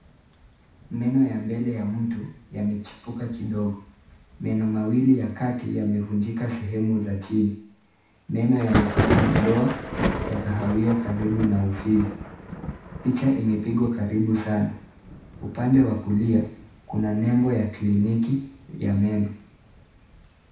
Meno ya mbele ya mtu yamechipuka kidogo. Meno mawili ya kati yamevunjika sehemu za chini. Meno yamepata madoa ya kahawia karibu na ufizi. Picha imepigwa karibu sana. Upande wa kulia, kuna nembo ya kliniki ya meno.